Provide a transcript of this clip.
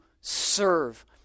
serve